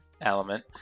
element